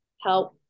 help